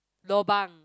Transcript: lobang